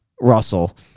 Russell